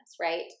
right